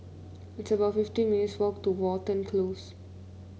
it's about fifty minutes' walk to Watten Close